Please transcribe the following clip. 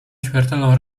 śmiertelną